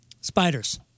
Spiders